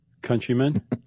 Countrymen